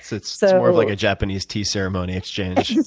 it's it's so more like a japanese tea ceremony exchange.